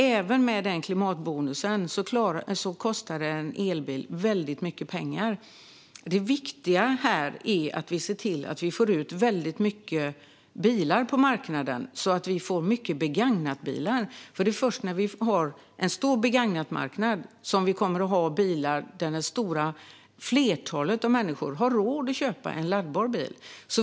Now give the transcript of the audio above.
Även med klimatbonusen kostade en elbil väldigt mycket pengar. Det viktiga är att vi ser till att vi får ut väldigt många bilar på marknaden. Det handlar om att vi får ut många begagnade bilar, för det är först när vi har en stor begagnatmarknad som vi kommer att ha laddbilar som det stora flertalet människor har råd att köpa.